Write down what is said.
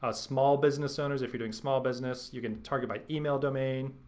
ah small business owners, if you're doing small business. you can target by email domain.